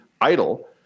idle